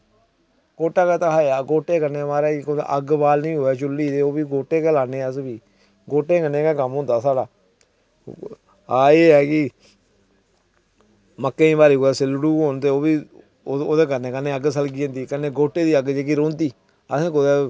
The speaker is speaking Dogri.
गोह्टा गै धुखाया ते गोह्टै कन्नै म्हाराज अग्ग बालनी होऐ चुल्ली ते ओह्बी गोह्टे बालने अस ते गोह्टे कन्नै गै कम्म होंदा साढ़ा हां एह् ऐ कि बा केईं बारी सिलड़ू होन ओह्बी ओह्दे कन्नै कन्नै जेह्की अग्ग सलगी जंदी ते बाकी गोह्टे दी अग्ग सलगी जंदी असेंगी कुदै